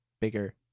bigger